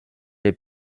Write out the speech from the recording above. les